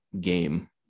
game